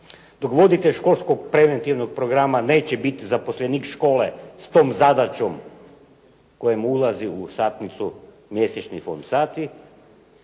dok voditelj školskog preventivnog programa neće biti zaposlenik škole s tom zadaćom koja mu ulazi u satnicu mjesečni fond sati